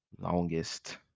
longest